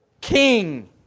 king